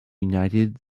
united